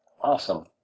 Awesome